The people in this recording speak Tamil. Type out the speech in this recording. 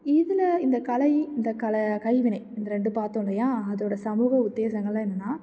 இதில் இந்த கலை இந்த கலை கைவினை இந்த ரெண்டும் பார்த்தோம் இல்லையா அதோடய சமூக உத்தேசங்களெல்லாம் என்னென்னால்